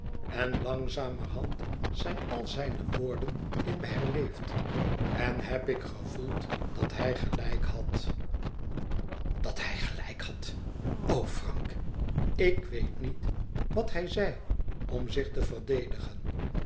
en langzamerhand zijn al zijne woorden in me herleefd en heb ik gevoeld dat hij gelijk had dat hij gelijk had o frank ik weet niet wat hij zei om zich te verdedigen